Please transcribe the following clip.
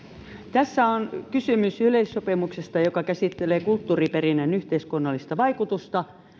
tässä on kysymys yleissopimuksesta joka käsittelee kulttuuriperinnön yhteiskunnallista vaikutusta